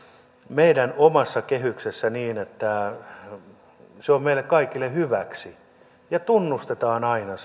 meidän omassa kehyksessämme niin että se on meille kaikille hyväksi ja tunnustetaan aina